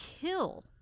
kill